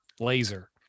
laser